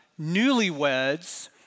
newlyweds